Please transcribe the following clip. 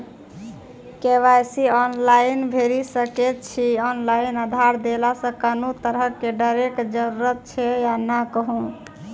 KYC online भैरि सकैत छी, ऑनलाइन आधार देलासॅ कुनू तरहक डरैक जरूरत छै या नै कहू?